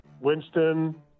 Winston